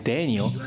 Daniel